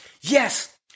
Yes